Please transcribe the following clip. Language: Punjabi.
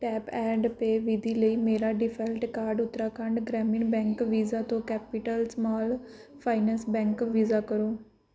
ਟੈਪ ਐਂਡ ਪੇ ਵਿਧੀ ਲਈ ਮੇਰਾ default card Uttarakhand Gramin bank Visa ਤੋਂ capital small finance bank Visa ਕਰੋ